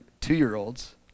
two-year-olds